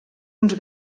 uns